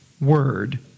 word